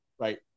right